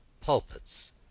pulpits